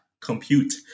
compute